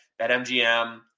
BetMGM